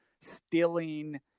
stealing